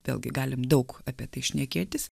vėlgi galim daug apie tai šnekėtis